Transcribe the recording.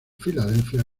filadelfia